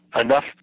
enough